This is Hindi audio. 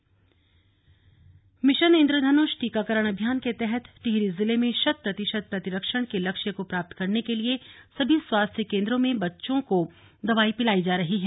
मिशन इंद्रधनुष टिहरी मिशन इंद्रधनुष टीकाकरण अभियान के तहत टिहरी जिले में शत प्रतिशत प्रतिरक्षण के लक्ष्य को प्राप्त करने के लिए सभी स्वास्थ्य केंद्रों में बच्चों को दवा पिलाई जा रही है